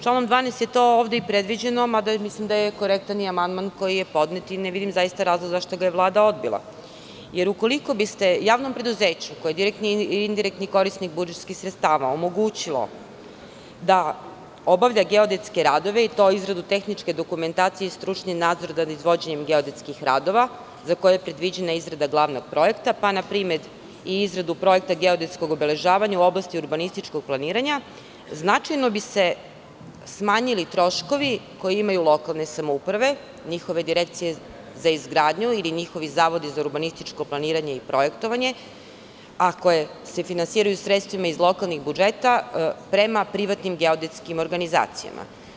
Članom 12. je to ovde i predviđeno, mada mislim da je korektan i amandman koji je podnet i zaista ne vidim razlog zašto ga je Vlada odbila, jer ukoliko bi se javnom preduzeću, koji je direktni i indirektni korisnik budžetskih sredstava, omogućilo da obavlja geodetske radove i to izradu tehničke dokumentacije i stručni nadzor nad izvođenjem geodetskih radova za koje je predviđena izrada glavnog projekta pa, na primer, i izradu projekta geodetskog obeležavanja u oblasti urbanističkog planiranja, značajno bi se smanjili troškovi koje imaju lokalne samouprave, njihove direkcije za izgradnju ili njihovi zavodi za urbanističko planiranje i projektovanje, a koje se finansiraju sredstvima iz lokalnih budžeta, prema privatnim geodetskim organizacijama.